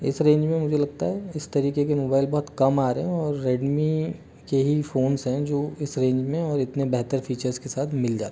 इस रेंज में मुझे लगता है इस तरीके के मोबाईल बहुत कम आ रहे हैं और रेडमी के ही फ़ोंस हैं जो इस रेंज में और इतने बेहतर फ़ीचर्स के साथ मिल जाते हैं